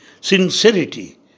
sincerity